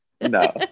No